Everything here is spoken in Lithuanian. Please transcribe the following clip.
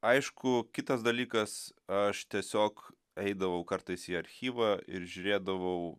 aišku kitas dalykas aš tiesiog eidavau kartais į archyvą ir žiūrėdavau